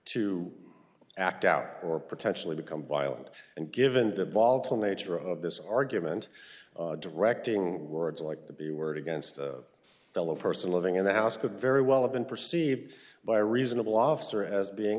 to act out or potentially become violent and given the volatile nature of this argument directing words like the b word against fellow person living in the house could very well have been perceived by reasonable officer as being